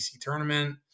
tournament